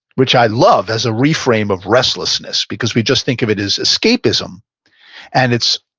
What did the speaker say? which i love as a reframe of restlessness because we just think of it as escapism and it's,